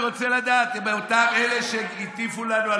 אני רוצה לדעת אם אותם אלה שהטיפו לנו על